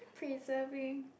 preserving